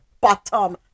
bottom